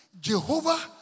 Jehovah